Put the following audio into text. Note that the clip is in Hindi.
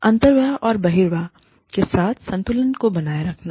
अन्तर्वाह और बहिर्वाह के साथ संतुलन को बनाए रखना